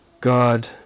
God